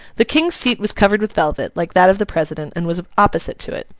the king's seat was covered with velvet, like that of the president, and was opposite to it.